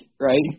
right